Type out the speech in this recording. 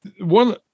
one